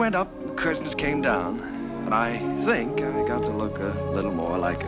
went up christmas came down and i think eric out of look a little more like